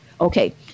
Okay